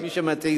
מי שמציג,